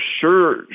sure